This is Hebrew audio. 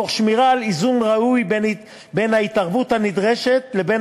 תוך שמירה על איזון ראוי בין ההתערבות הנדרשת לבין